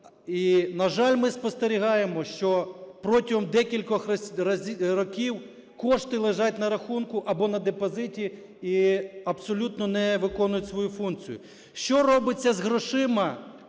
І, на жаль, ми спостерігаємо, що протягом декількох років кошти лежать на рахунку або на депозиті і абсолютно не виконують свою функцію. Що робиться з грошима,